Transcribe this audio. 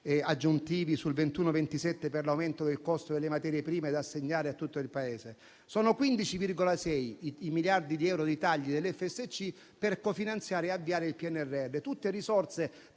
aggiuntivi sul 2021-2027 per l'aumento del costo delle materie prime da assegnare a tutto il Paese; sono 15,6 i miliardi di euro di tagli dell'FSC per cofinanziare e avviare il PNRR. Tutte risorse, pari